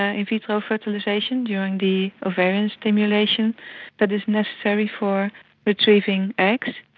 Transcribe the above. ah in vitro fertilisation, during the ovarian stimulation that is necessary for retrieving eggs,